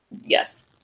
yes